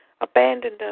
abandoned